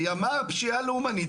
ימ"ר, פשיעה לאומנית.